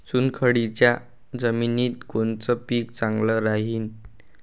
चुनखडीच्या जमिनीत कोनचं पीक चांगलं राहीन?